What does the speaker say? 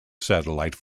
satellite